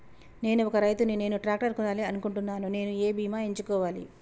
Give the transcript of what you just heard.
నేను ఒక రైతు ని నేను ట్రాక్టర్ కొనాలి అనుకుంటున్నాను నేను ఏ బీమా ఎంచుకోవాలి?